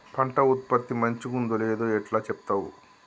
పంట ఉత్పత్తి మంచిగుందో లేదో ఎట్లా చెప్తవ్?